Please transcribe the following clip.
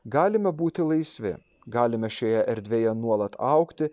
galime būti laisvi galime šioje erdvėje nuolat augti